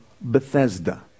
Bethesda